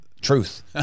truth